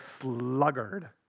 sluggard